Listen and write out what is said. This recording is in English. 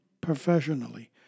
professionally